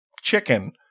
chicken